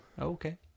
okay